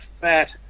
fat